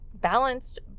balanced